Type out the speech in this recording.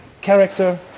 character